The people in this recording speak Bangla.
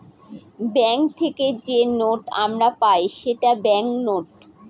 ব্যাঙ্ক থেকে যে নোট আমরা পাই সেটা ব্যাঙ্ক নোট